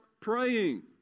praying